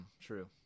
True